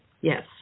yes